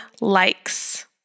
likes